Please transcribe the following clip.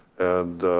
and